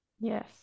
Yes